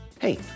Hey